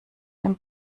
dem